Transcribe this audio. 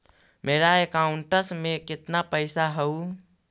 मेरा अकाउंटस में कितना पैसा हउ?